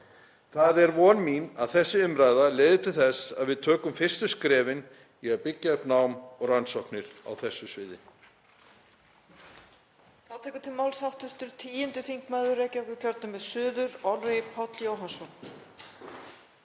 Það er von mín að þessi umræða leiði til þess að við tökum fyrstu skrefin í að byggja upp nám og rannsóknir á þessu sviði.